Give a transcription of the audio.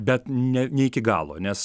bet ne ne iki galo nes